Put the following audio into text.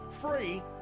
free